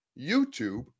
YouTube